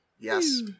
Yes